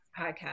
podcast